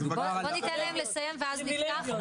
בוא ניתן להם לסיים ואז נפתח.